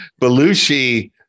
Belushi